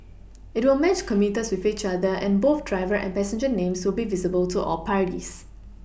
it will match commuters with each other and both driver and passenger names will be visible to all parties